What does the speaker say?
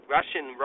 Russian